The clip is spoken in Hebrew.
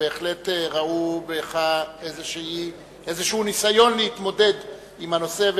בהחלט ראו אצלך איזה ניסיון להתמודד עם הנושא.